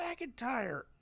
McIntyre